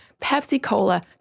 Pepsi-Cola